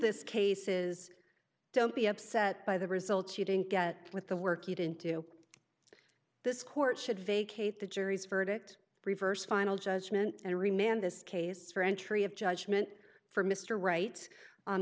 this case is don't be upset by the results you didn't get with the work eat into this court should vacate the jury's verdict reverse final judgment and remain this case for entry of judgment for mr right